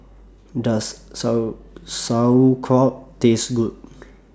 Does So Sauerkraut Taste Good